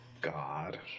God